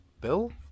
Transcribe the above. bill